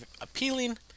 appealing